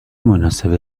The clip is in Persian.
مناسب